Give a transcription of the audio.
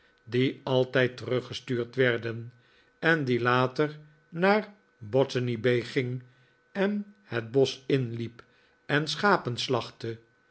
die altijd teruggestuurd werden en die later naar botany baai ging en het bosch inliep en schapen slachtte